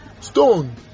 stone